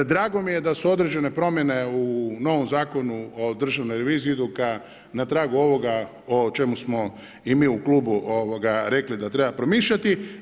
Drago mi je da su određene promjene u novom Zakon o državnoj reviziji idu ka, na tragu ovoga o čemu smo i mi u klubu rekli da treba promišljati.